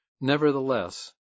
Nevertheless